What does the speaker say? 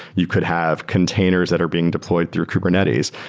you could have containers that are being deployed through kubernetes,